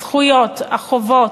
הזכויות, החובות,